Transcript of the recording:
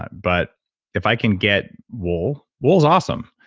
but if i can get wool. wool's awesome,